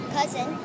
Cousin